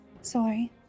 Sorry